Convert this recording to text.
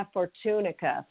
Fortunica